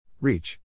Reach